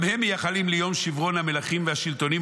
גם הם מייחלים ליום שברון המלכים והשלטונים,